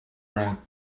read